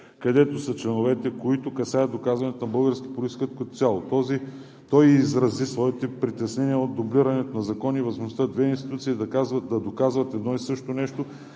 където са членовете, които касаят доказването на българския произход като цяло. Той изрази своите притеснения от дублирането на закони и възможността две институции да доказват едно и също нещо,